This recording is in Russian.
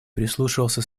прислушивался